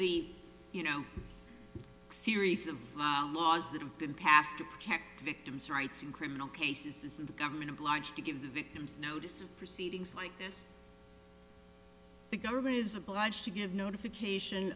the you know series of laws that have been passed to protect victims rights in criminal cases is the government obliged to give the victim's notice of proceedings like this the government is obliged to give notification